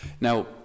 Now